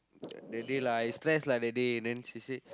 that day lah I stressed lah that day and then she said